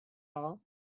all